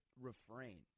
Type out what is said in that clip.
refrain